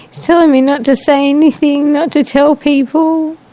telling me not to say anything, not to tell people,